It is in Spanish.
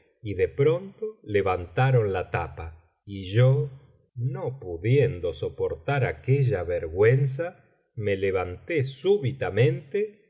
y de pronto levantaron la tapa y yo no pudiendo soportar aquella vergüenza me levanté súbitamente